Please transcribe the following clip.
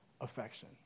affection